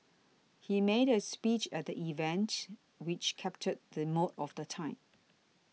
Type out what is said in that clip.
he made a speech at the event which captured the mood of the time